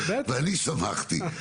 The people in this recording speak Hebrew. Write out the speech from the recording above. ואני שמחתי,